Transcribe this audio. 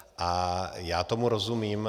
A já tomu rozumím.